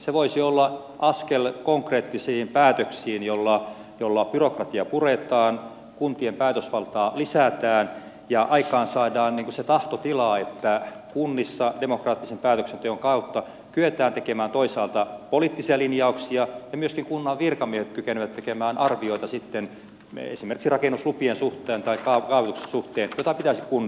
se voisi olla askel konkreettisiin päätöksiin joilla byrokratiaa puretaan kuntien päätösvaltaa lisätään ja aikaansaadaan se tahtotila että kunnissa demokraattisen päätöksenteon kautta kyetään tekemään toisaalta poliittisia linjauksia ja myöskin kunnan virkamiehet kykenevät tekemään arvioita sitten esimerkiksi rakennuslupien suhteen tai kaavoituksen suhteen jota pitäisi kunnioittaa